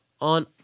on